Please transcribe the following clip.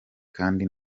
kandi